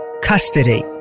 custody